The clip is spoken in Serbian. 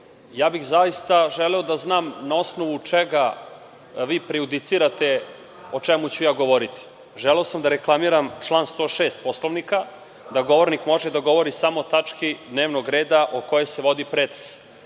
bih želeo da znam na osnovu čega vi prejudicirate o čemu ću ja govoriti. Želeo sam da reklamiram član 106. Poslovnika, da govornik može da govori samo o tački dnevnog reda o kojoj se vodi pretres.